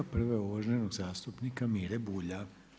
Prva je uvaženog zastupnika Mire Bulja.